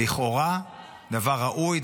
לכאורה דבר ראוי,